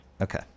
Okay